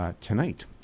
tonight